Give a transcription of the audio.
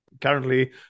currently